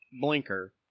blinker